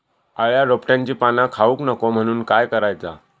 अळ्या रोपट्यांची पाना खाऊक नको म्हणून काय करायचा?